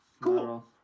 Cool